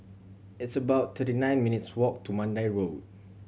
it's about thirty nine minutes' walk to Mandai Road